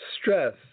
Stress